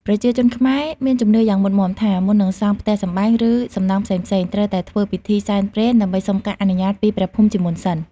ប្រជាជនខ្មែរមានជំនឿយ៉ាងមុតមាំថា មុននឹងសង់ផ្ទះសម្បែង ឬសំណង់ផ្សេងៗ ត្រូវតែធ្វើពិធីសែនព្រេនដើម្បីសុំការអនុញ្ញាតពីព្រះភូមិជាមុនសិន។